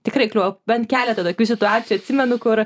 tikrai kliūvo bent keletą tokių situacijų atsimenu kur